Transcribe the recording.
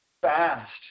Fast